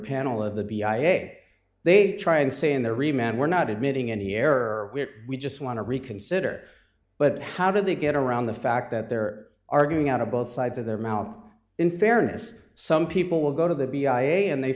panel of the b ira they try and say in there remember not admitting any error we just want to reconsider but how did they get around the fact that they're arguing out of both sides of their mouth in fairness some people will go to the b i a and they